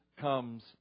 comes